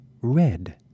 red